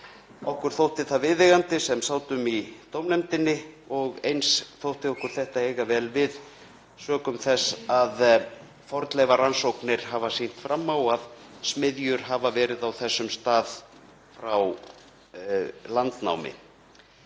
Okkur þótti það viðeigandi sem sátum í dómnefndinni og eins þótti okkur heitið eiga vel við sökum þess að fornleifarannsóknir hafa sýnt fram á að smiðjur hafa verið á þessum stað frá landnámi.